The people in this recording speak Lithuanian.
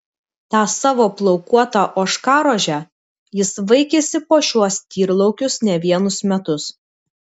tą savo plaukuotą ožkarožę jis vaikėsi po šiuos tyrlaukius ne vienus metus